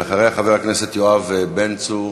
אחריה, חבר הכנסת יואב בן צור.